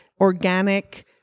organic